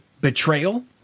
betrayal